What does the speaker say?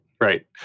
right